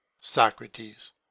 Socrates